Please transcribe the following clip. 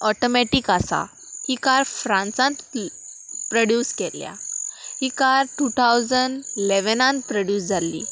automatic आसा ही car फ्रांसांत प्रोड्यूस केल्या ही कार टू ठावजन इलेवनान प्रोड्यूस जाल्ली